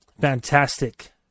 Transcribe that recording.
fantastic